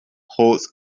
holds